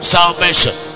Salvation